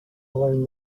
learned